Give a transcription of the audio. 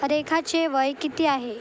रेखाचे वय किती आहे